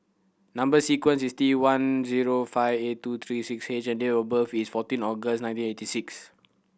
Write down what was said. number sequence is T one zero five eight two three six H and date of birth is fourteen August nineteen eighty six